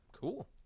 cool